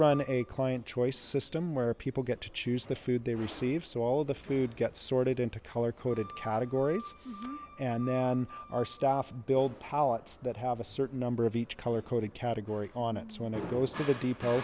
run a client choice system where people get to choose the food they receive so all of the food gets sorted into color coded categories and then our staff build pallets that have a certain number of each color coded category on it so when it goes to the